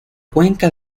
cuenca